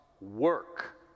work